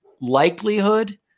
likelihood